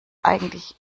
eigentlich